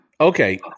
Okay